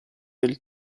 del